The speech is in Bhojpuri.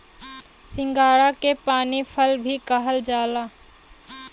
सिंघाड़ा के पानी फल भी कहल जाला